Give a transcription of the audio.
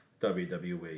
WWE